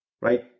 right